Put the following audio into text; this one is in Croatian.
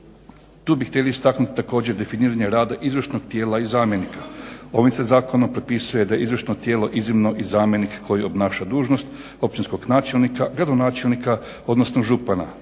Tu bi htjeli istaknut definiranje rada izvršnog tijela i zamjenika. Ovim se zakonom propisuje da izvršno tijelo iznimno i zamjenik koji obnaša dužnost općinskog načelnika, gradonačelnika odnosno župana